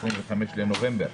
ה-25 בנובמבר.